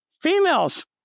females